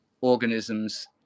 organisms